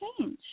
change